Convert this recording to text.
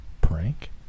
prank